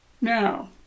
Now